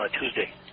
Tuesday